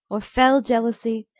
or fell iealousie,